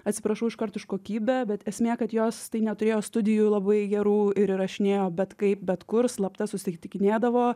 atsiprašau iškart už kokybę bet esmė kad jos tai neturėjo studijų labai gerų ir įrašinėjo bet kaip bet kur slapta susitikinėdavo